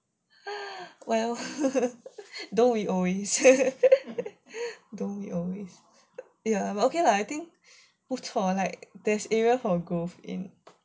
well don't we always don't we always ya but okay lah I think 不错 like there's area for growth in